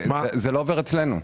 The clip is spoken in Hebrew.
זה לא עובר אצלנו.